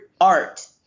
art